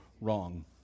wrong